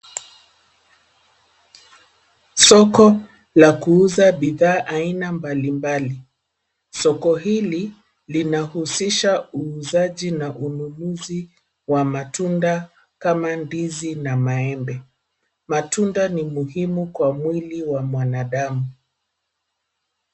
Soko la kuuza bidhaa aina mbalimbali. Soko hili linahusisha uuzaji na ununuzi wa matunda kama ndizi na maembe. Matunda ni muhimu kwa mwili wa mwanadamu.